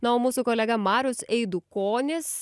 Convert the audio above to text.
na o mūsų kolega marius eidukonis